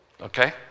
Okay